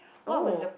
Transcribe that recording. oh